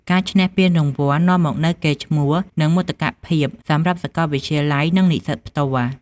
ការឈ្នះពានរង្វាន់នាំមកនូវកេរ្តិ៍ឈ្មោះ និងមោទកភាពសម្រាប់សាកលវិទ្យាល័យ និងនិស្សិតផ្ទាល់។